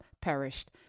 perished